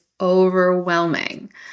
overwhelming